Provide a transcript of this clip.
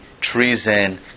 treason